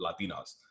Latinas